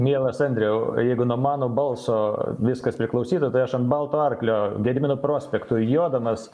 mielas andriau jeigu nuo mano balso viskas priklausytų tai aš ant balto arklio gedimino prospektu jodamas